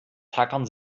tackern